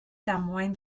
damwain